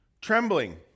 trembling